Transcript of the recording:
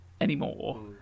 anymore